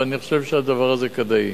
ואני חושב שהדבר הזה כדאי.